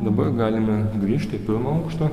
dabar galime grįžti į pirmą aukštą